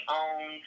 own